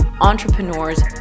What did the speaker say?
entrepreneurs